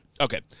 Okay